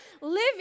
living